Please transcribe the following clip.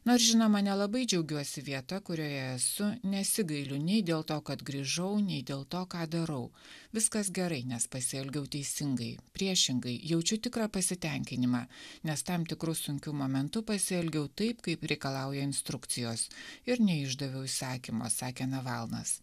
nors žinoma nelabai džiaugiuosi vieta kurioje esu nesigailiu nei dėl to kad grįžau nei dėl to ką darau viskas gerai nes pasielgiau teisingai priešingai jaučiu tikrą pasitenkinimą nes tam tikru sunkiu momentu pasielgiau taip kaip reikalauja instrukcijos ir neišdaviau įsakymo sakė navalnas